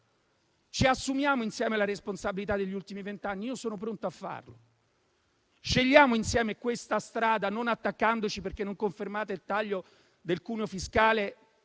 Ci assumiamo insieme la responsabilità degli ultimi vent'anni? Io sono pronto a farlo. Scegliamo insieme questa strada, non attaccandoci perché non confermate il taglio del cuneo fiscale